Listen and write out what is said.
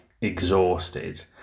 exhausted